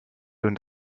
und